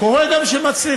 קורה גם שמצליחים.